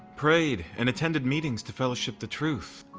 prayed, and attended meetings to fellowship the truth.